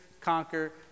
conquer